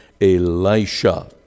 Elisha